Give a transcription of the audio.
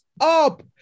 up